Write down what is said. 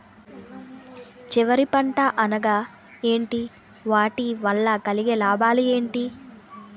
చివరి పంట అనగా ఏంటి వాటి వల్ల కలిగే లాభాలు ఏంటి